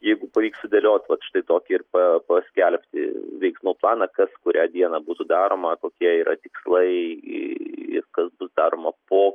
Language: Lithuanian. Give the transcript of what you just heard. jeigu pavyks sudėliot vat štai tokį ir pa paskelbti veiksmų planą kas kurią dieną būtų daroma kokie yra tikslai ir kas bus daroma po